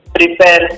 prepare